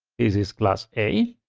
is is class a.